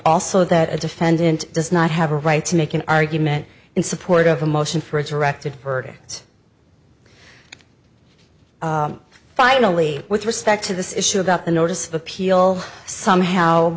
also that a defendant does not have a right to make an argument in support of a motion for a directed verdict finally with respect to this issue about the notice of appeal somehow